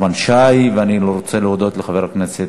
להגדלת הסיוע לניצולי שואה (תיקוני חקיקה),